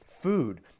food